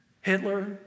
Hitler